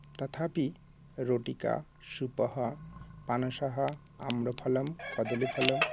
तथापि रोटिका सूपः पनसः आम्रफलं कदलीफलम्